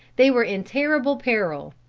they were in terrible peril.